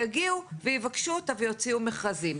יגיעו ויבקשו אותה ויוציאו מכרזים.